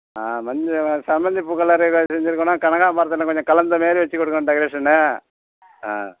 ஆ மஞ்ச சம்மந்திப் பூ கலரு எதாவது செஞ்சிருக்கணும் கனகாம்பரத்தில் கொஞ்சம் கலந்த மாரி வச்சுக் கொடுங்க டெக்கரேஷனு ஆ